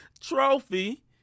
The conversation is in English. trophy